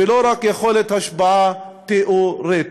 ולא רק יכולת השפעה תיאורטית.